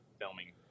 filming